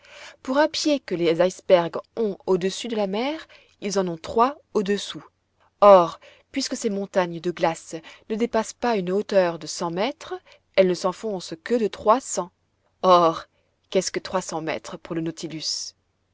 pour un pied que les icebergs ont au-dessus de la mer ils en ont trois au-dessous or puisque ces montagnes de glaces ne dépassent pas une hauteur de cent mètres elles ne s'enfoncent que de trois cents or qu'est-ce que trois cents mètres pour le nautilus